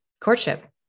courtship